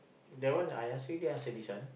that one I ask already ask already son